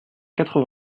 quatre